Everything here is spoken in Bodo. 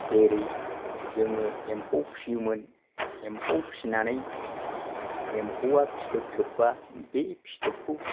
जेरै जोङो एम्फौ फिसियोमोन एम्फौ फिसिनानै एम्फौवा फिथोब थोबबा बे फिथोबखौ